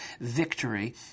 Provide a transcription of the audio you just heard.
victory